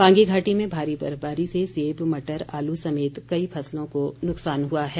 पांगी घाटी में भारी बर्फबारी से सेब मटर आलू समेत कई फसलों को नुकसान हुआ है